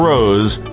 Rose